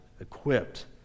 equipped